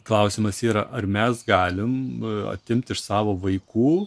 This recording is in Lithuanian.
klausimas yra ar mes galim atimt iš savo vaikų